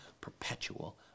perpetual